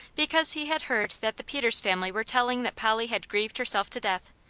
because he had heard that the peters family were telling that polly had grieved herself to death,